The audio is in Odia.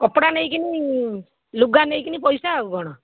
କପଡ଼ା ନେଇକରି ଲୁଗା ନେଇକରି ପଇସା ଆଉ କ'ଣ